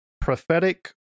prophetic